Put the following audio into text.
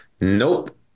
nope